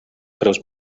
preus